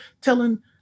telling